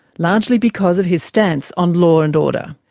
largely because of his stance on law and order.